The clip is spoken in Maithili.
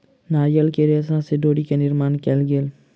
नारियल के रेशा से डोरी के निर्माण कयल गेल